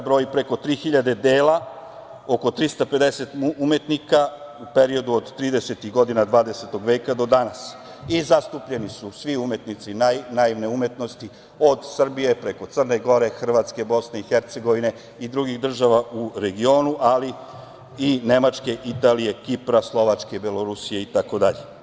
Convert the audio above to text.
Broji preko 3.000 dela oko 350 umetnika u periodu od tridesetih godina 20. veka do danas i zastupljeni su svi umetnici naivne umetnosti od Srbije, preko Crne Gore, Hrvatske, Bosne i Hercegovine i drugih država u regionu, ali i Nemačke, Italije, Kipra, Slovačke, Belorusije itd.